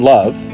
Love